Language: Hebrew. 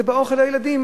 זה באוכל לילדים.